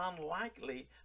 unlikely